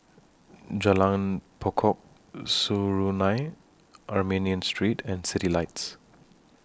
Jalan Pokok Serunai Armenian Street and Citylights